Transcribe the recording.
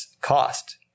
cost